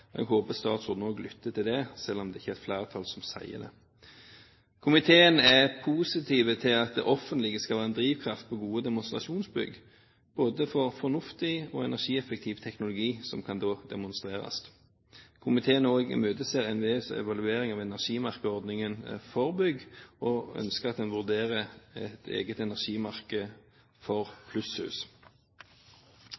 Jeg håper statsråden også lytter til det, selv om det ikke er et flertall som sier det. Komiteen er positiv til at det offentlige skal være en drivkraft for gode demonstrasjonsbygg, for både fornuftig og energieffektiv teknologi, som da kan demonstreres. Komiteen imøteser også NVEs evaluering av energimerkeordningen for bygg, og ønsker at en vurderer et eget energimerke for